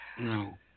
No